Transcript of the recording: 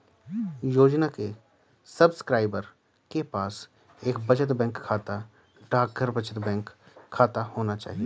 योजना के सब्सक्राइबर के पास एक बचत बैंक खाता, डाकघर बचत बैंक खाता होना चाहिए